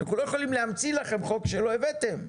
אנחנו לא יכולים להמציא לכם חוק שלא הבאתם.